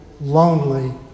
lonely